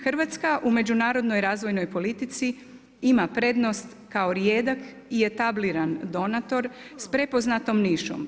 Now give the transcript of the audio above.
Hrvatska u međunarodnoj razvojnoj politici ima prednost kao rijedak i etabliran donator s prepoznatom nišom.